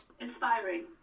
inspiring